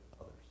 others